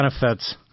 benefits